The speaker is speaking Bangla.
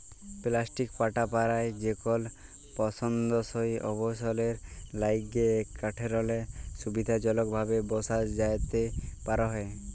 পেলাস্টিক পাটা পারায় যেকল পসন্দসই অবস্থালের ল্যাইগে কাঠেরলে সুবিধাজলকভাবে বসা যাতে পারহে